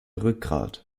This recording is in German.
rückgrat